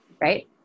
Right